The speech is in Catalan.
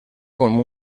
com